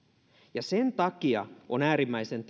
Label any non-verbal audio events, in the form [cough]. ja sen takia on äärimmäisen [unintelligible]